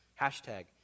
hashtag